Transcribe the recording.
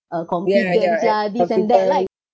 ya ya and computer